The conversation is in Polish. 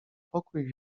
pokój